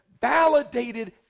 validated